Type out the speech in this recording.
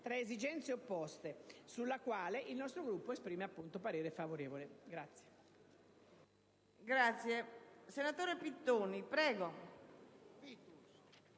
tra esigenze opposte, sulla quale il nostro Gruppo esprime appunto parere favorevole.